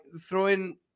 throwing